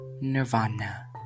Nirvana